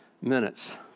minutes